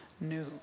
new